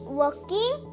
walking